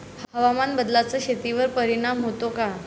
हवामान बदलाचा शेतीवर परिणाम होतो का?